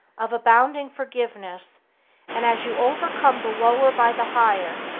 of abounding forgiveness and as you overcome the lower by the higher,